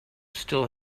still